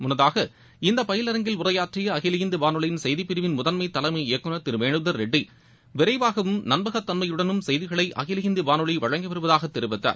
முன்னதாக இந்த பயிலரங்கில் உரையாற்றிய அகில இந்திய வாளொலியின் செய்திப்பிரிவின் முதன்மை தலைமை இயக்குனர் திரு வேனுதர்ரெட்டி விரைவாகவும் நம்பகத்தன்மையுடனும் செய்திகளை அகில இந்திய வானொலி வழங்கி வருவதாக தெரிவித்தார்